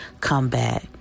comeback